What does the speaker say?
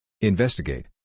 Investigate